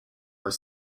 were